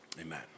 amen